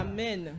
Amen